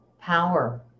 power